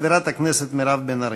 חברת הכנסת מירב בן ארי.